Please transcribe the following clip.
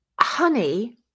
honey